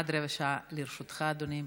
עד רבע שעה לרשותך, אדוני.